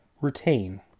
retain